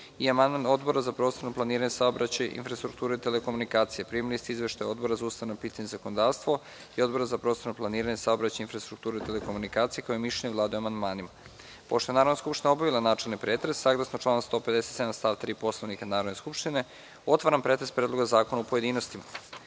i amandman Odbora za prostorno planiranje, saobraćaj, infrastrukturu i telekomunikacije. Primili ste izveštaje Odbora za ustavna pitanja i zakonodavstvo i Odbora za prostorno planiranje, saobraćaj, infrastrukturu i telekomunikacije. Pošto je Narodna skupština obavila načelni pretres, saglasno članu 157. stav 3. Poslovnika Narodne skupštine, otvaram pretres Predloga zakona u pojedinostima. Na